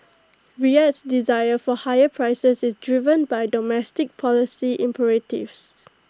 Riyadh's desire for higher prices is driven by domestic policy imperatives